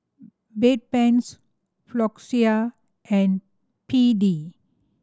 Bedpans Floxia and P D